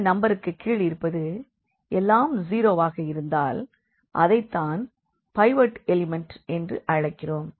இந்த நம்பருக்கு கீழிருப்பது எல்லாம் 0 ஆக இருந்தால் அதைத் தான் பைவோட் எலிமண்ட் என்று அழைக்கிறோம்